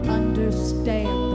understand